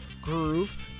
Groove